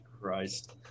Christ